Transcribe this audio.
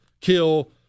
kill